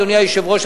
אדוני היושב-ראש,